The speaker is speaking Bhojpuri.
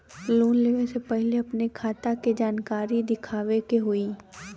लोन लेवे से पहिले अपने खाता के जानकारी दिखावे के होई?